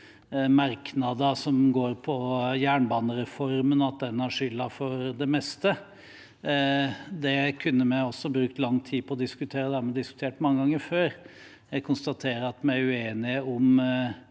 merknader som handler om jernbanereformen og at den har skylden for det meste. Det kunne vi også ha brukt lang tid på å diskutere, og det har vi diskutert mange ganger før. Jeg konstaterer at vi er uenige om